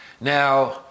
Now